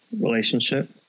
relationship